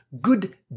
Good